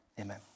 Amen